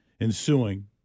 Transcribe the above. ensuing